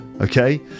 Okay